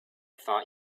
thought